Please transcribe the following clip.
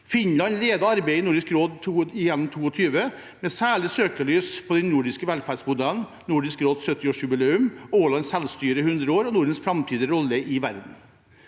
Finland ledet arbeidet i Nordisk råd gjennom 2022 med særlig søkelys på den nordiske velferdsmodellen, Nordisk råds 70-årsjubileum, Ålands selvstyre 100 år og Nordens framtidige rolle i verden.